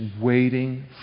waiting